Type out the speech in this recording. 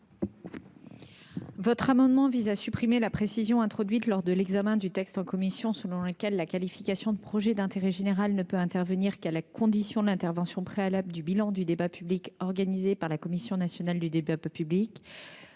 Cet amendement vise à supprimer la précision introduite lors de l'examen du texte en commission, selon laquelle la qualification de projet d'intérêt général ne peut intervenir qu'à la condition de l'intervention préalable du bilan du débat public. Le droit en vigueur satisfait déjà cet